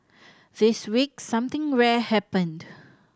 this week something rare happened